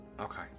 Okay